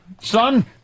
son